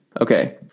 Okay